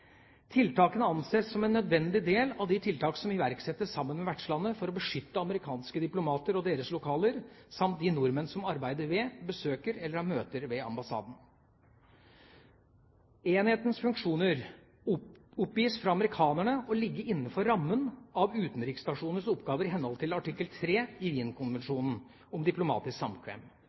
Tiltakene anses som en nødvendig del av de tiltak som iverksettes sammen med vertslandet for å beskytte amerikanske diplomater og deres lokaler, samt de nordmenn som arbeider ved, besøker eller har møter ved ambassaden. Enhetens funksjoner oppgis fra amerikanerne å ligge innenfor rammen av utenriksstasjoners oppgaver i henhold til artikkel 3 i Wien-konvensjonen om diplomatisk samkvem.